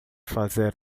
fazer